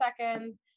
seconds